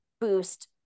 boost